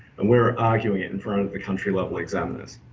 and we're arguing it in front of the country level examiners.